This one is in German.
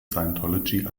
scientology